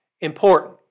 important